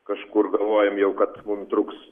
kažkur galvojom jau kad mum truks